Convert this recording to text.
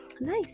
nice